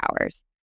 hours